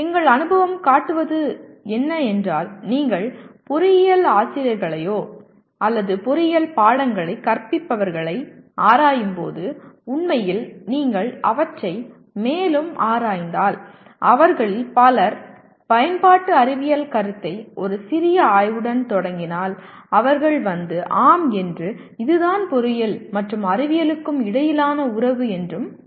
எங்கள் அனுபவம் காட்டுவது என்ன என்றால் நீங்கள் பொறியியல் ஆசிரியர்களையோ அல்லது பொறியியல் பாடங்களை கற்பிப்பவர்களை ஆராயும்போது உண்மையில் நீங்கள் அவற்றை மேலும் ஆராய்ந்தால் அவர்களில் பலர் பயன்பாட்டு அறிவியல் கருத்தை ஒரு சிறிய ஆய்வுடன் தொடங்கினால் அவர்கள் வந்து ஆம் என்று இதுதான் பொறியியல் மற்றும் அறிவியலுக்கும் இடையிலான உறவு என்றும் கூறுவார்கள்